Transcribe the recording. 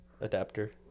adapter